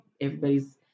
everybody's